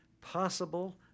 possible